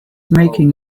making